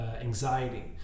anxiety